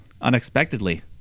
unexpectedly